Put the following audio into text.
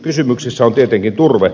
kysymyksessä on tietenkin turve